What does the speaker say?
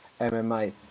MMA